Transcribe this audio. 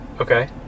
Okay